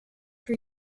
for